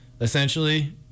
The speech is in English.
essentially